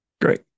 Great